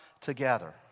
together